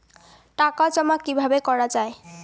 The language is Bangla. টাকা জমা কিভাবে করা য়ায়?